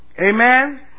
Amen